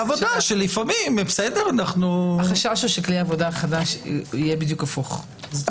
החשש הוא שכלי עבודה חדש יהיה בדיוק הפוך.